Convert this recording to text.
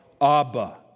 Abba